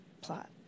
plot